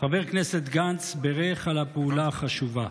חבר הכנסת גנץ בירך על הפעולה החשובה.